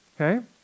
Okay